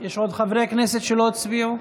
יש עוד חברי כנסת שלא הצביעו?